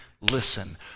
listen